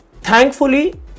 Thankfully